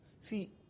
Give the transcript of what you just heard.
See